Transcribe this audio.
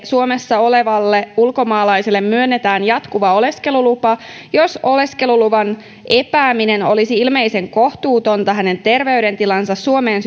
suomessa olevalle ulkomaalaiselle myönnetään jatkuva oleskelulupa jos oleskeluluvan epääminen olisi ilmeisen kohtuutonta hänen terveydentilansa suomeen